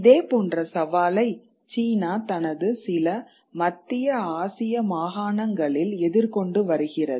இதேபோன்ற சவாலை சீனா தனது சில மத்திய ஆசிய மாகாணங்களில் எதிர்கொண்டு வருகிறது